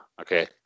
okay